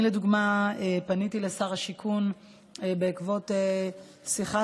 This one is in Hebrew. אני לדוגמה פניתי לשר השיכון בעקבות שיחה